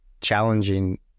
challenging